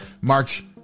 March